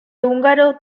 húngaro